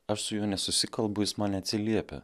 aš su juo nesusikalbu jis man neatsiliepia